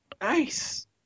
Nice